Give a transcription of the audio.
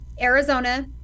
arizona